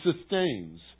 sustains